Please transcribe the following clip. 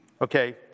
Okay